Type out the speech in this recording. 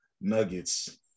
nuggets